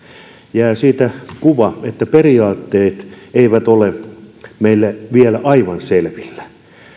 jää siitä kuva että periaatteet eivät ole meille vielä aivan selvillä